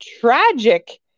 tragic